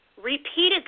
repeatedly